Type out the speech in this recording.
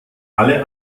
alle